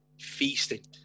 feasting